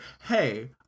hey